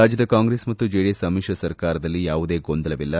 ರಾಜ್ಯದ ಕಾಂಗ್ಲೆಸ್ ಮತ್ತು ಚೆಡಿಎಸ್ ಸಮಿತ್ರ ಸರ್ಕಾರದಲ್ಲಿ ಯಾವುದೇ ಗೊಂದಲವಿಲ್ಲ